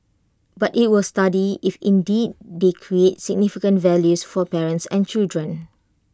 but IT will study if indeed they create significant values for parents and children